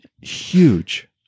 huge